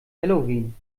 halloween